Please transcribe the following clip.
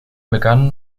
begann